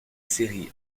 série